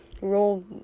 roll